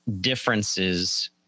differences